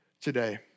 today